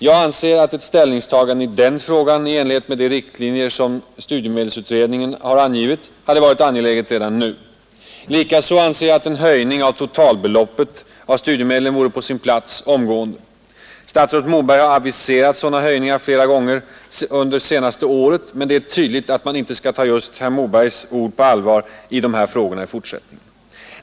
Jag anser att ett ställningstagande i den frågan i enlighet med de riktlinjer som studiemedelsutredningen angivit hade varit angeläget redan nu. Likaså anser jag att en höjning av totalbeloppet av studiemedlen vore på sin plats omgående. Statsrådet Moberg har aviserat sådana höjningar flera gånger under det senaste året, men det är tydligt att man inte skall ta just herr Mobergs ord i dessa frågor på allvar i fortsättningen.